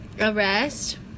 arrest